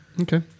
Okay